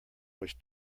which